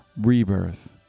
rebirth